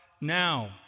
now